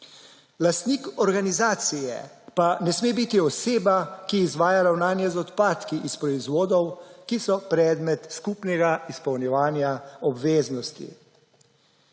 Lastnik organizacije pa ne sme biti oseba, ki izvaja ravnanje z odpadki iz proizvodov, ki so predmet skupnega izpolnjevanja obveznosti.